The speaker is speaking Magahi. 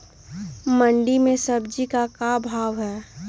मंडी में सब्जी का क्या भाव हैँ?